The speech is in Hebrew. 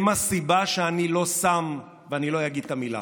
/ הם הסיבה שאני לא שם, " ואני לא אגיד את המילה.